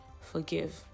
Forgive